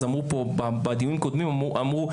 אז בדיונים הקודמים אמרו,